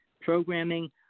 programming